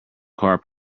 car